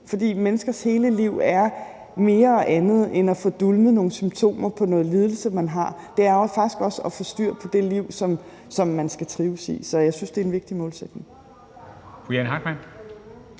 for menneskers hele liv er mere og andet end at få dulmet nogle symptomer på noget lidelse, man har. Det er jo faktisk også at få styr på det liv, som man skal trives i. Så jeg synes, det er en vigtig målsætning.